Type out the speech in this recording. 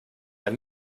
ein